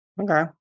Okay